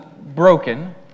broken